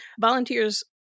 volunteers